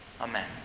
Amen